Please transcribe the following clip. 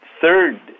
third